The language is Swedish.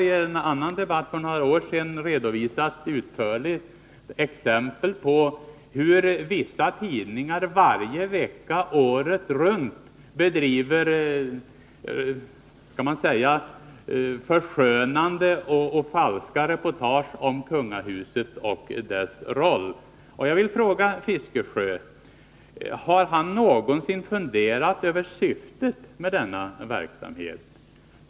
I en debatt för några år sedan har jag utförligt redovisat exempel på hur vissa tidningar varje vecka året runt innehåller förskönande och falska reportage om kungahuset och dess roll. Jag vill fråga om herr Fiskesjö någonsin har funderat över syftet med denna verksamhet.